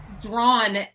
drawn